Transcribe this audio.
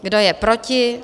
Kdo je proti?